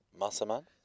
Masaman